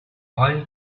oil